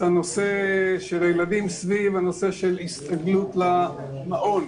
הנושא של הילדים סביב הנושא של הסתגלות למעון.